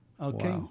Okay